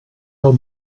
del